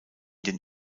den